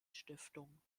stiftung